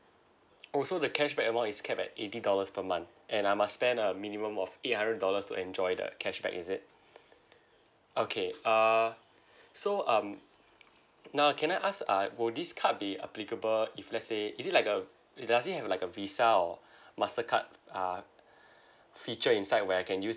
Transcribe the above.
oh so the cashback amount is capped at eighty dollars per month and I must spend a minimum of eight hundred dollars to enjoy that cashback is it okay uh so um now can I ask uh will this card be applicable if let's say is it like uh it does it have like a visa or mastercard uh feature inside where I can use